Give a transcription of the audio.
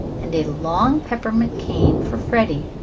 and a long peppermint cane for freddie.